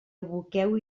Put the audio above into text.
aboqueu